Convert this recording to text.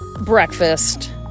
breakfast